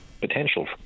potential